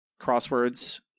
crosswords